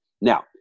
now